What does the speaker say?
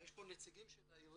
יש פה נציגים של העיריות,